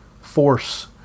force